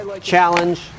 challenge